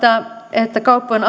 että kauppojen